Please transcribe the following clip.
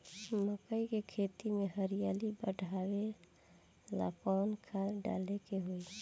मकई के खेती में हरियाली बढ़ावेला कवन खाद डाले के होई?